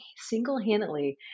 single-handedly